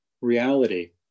reality